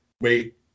wait